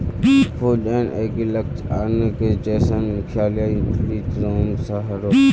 food and agriculture आर्गेनाईजेशनेर मुख्यालय इटलीर रोम शहरोत छे